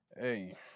Hey